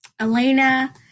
Elena